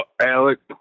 Alex